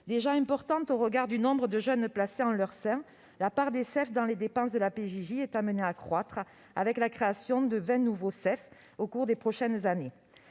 Déjà importante au regard du nombre de jeunes placés en leur sein, la part de ces structures dans les dépenses de la PJJ est amenée à croître, avec la création de vingt nouveaux CEF dans les prochaines années.